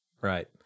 Right